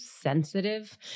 sensitive